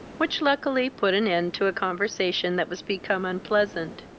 which luckily put an end to a conversation that was become unpleasant.